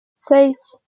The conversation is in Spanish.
seis